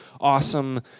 awesome